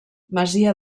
masia